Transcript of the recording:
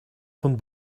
von